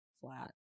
flat